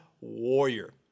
warrior